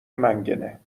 منگنه